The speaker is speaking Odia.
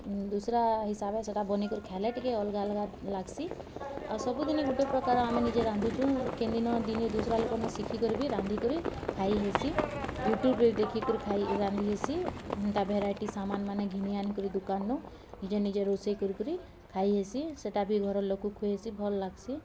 ଦୁଷ୍ରା ହିସାବେ ସେଟା ବନେଇକରି ଖାଏଲେ ଟିକେ ଅଲ୍ଗା ଅଲ୍ଗା ଲାଗ୍ସି ଆଉ ସବୁ ଦିନେ ଗୁଟେ ପ୍ରକାର ଆମେ ନିଜେ ରାନ୍ଧୁଛୁଁ କେନ୍ ଦିନ ଦିନେ ଦୁଷରା ଲୁକର୍ ନୁ ଶିଖିକରି ବି ରାନ୍ଧିକରି ଖାଇହେସି ୟୁଟୁବ୍ରୁ ଦେଖିକରି ଖାଇ ରାନ୍ଧିହେସି ଏନ୍ତା ଭେରାଇଟି ସାମାନ୍ମାନେ ଘିନି ଆନିକରି ଦୁକାନ୍ ନୁ ନିଜେ ନିଜେ ରୁଷେଇ କରି କରି ଖାଇହେସି ସେଟା ବି ଘରର୍ ଲୋକକୁ ଖୁଏଇ ହେସି ଭଲ୍ ଲାଗ୍ସି